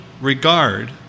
regard